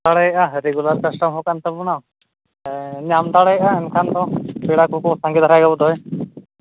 ᱫᱟᱲᱮᱭᱟᱜᱼᱟ regular customer ᱠᱟᱱ ᱛᱟᱵᱚᱱᱟᱢ ᱧᱟᱢ ᱫᱟᱲᱮᱭᱟᱜᱟ ᱚᱱᱠᱟᱱ ᱯᱮᱲᱟ ᱠᱚᱠᱚ ᱥᱟᱸᱜᱮ ᱫᱷᱟᱨᱟ ᱜᱮᱭᱟ ᱵᱚᱫᱽ ᱦᱳᱭ